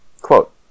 quote